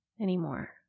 anymore